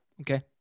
okay